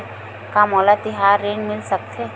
का मोला तिहार ऋण मिल सकथे?